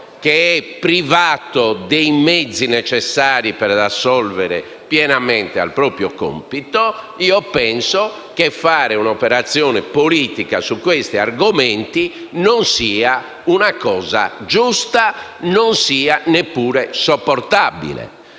privati dei mezzi necessari per assolvere pienamente al proprio compito. Penso che fare un'operazione politica su questi argomenti non sia una cosa giusta e neppure sopportabile.